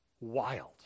wild